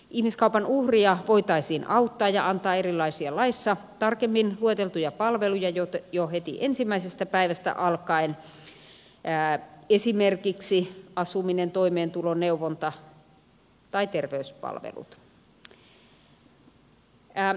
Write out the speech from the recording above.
ihmiskaupan uhria voitaisiin auttaa ja antaa erilaisia laissa tarkemmin lueteltuja palveluja jo heti ensimmäisestä päivästä alkaen esimerkkinä asuminen toimeentulo neuvonta tai terveyspalvelut